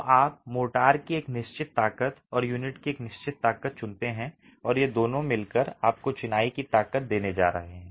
तो आप मोर्टार की एक निश्चित ताकत और यूनिट की एक निश्चित ताकत चुनते हैं और ये दोनों मिलकर आपको चिनाई की ताकत देने जा रहे हैं